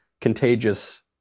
contagious